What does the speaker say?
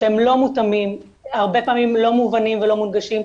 שהם לא מותאמים הרבה פעמים לא מובנים ולא מונגשים,